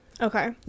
Okay